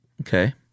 Okay